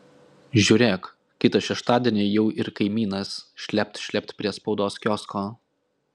žiūrėk kitą šeštadienį jau ir kaimynas šlept šlept prie spaudos kiosko